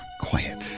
quiet